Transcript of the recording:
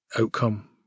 outcome